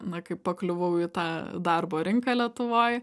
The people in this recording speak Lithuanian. na kaip pakliuvau į tą darbo rinką lietuvoj